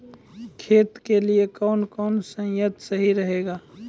खेती के लिए कौन कौन संयंत्र सही रहेगा?